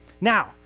Now